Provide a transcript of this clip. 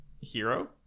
Hero